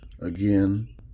Again